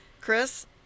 chris